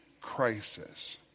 crisis